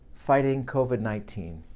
fighting covid nineteen.